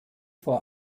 vor